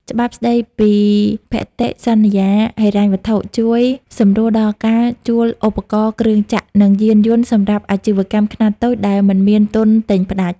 ច្បាប់ស្ដីពីភតិសន្យាហិរញ្ញវត្ថុ ជួយសម្រួលដល់ការជួលឧបករណ៍ គ្រឿងចក្រ និងយានយន្តសម្រាប់អាជីវកម្មខ្នាតតូចដែលមិនមានទុនទិញផ្ដាច់។